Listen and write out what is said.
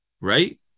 right